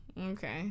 okay